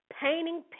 painting